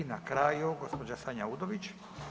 I na kraju gospođa Sanja Udović.